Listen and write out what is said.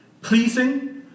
Pleasing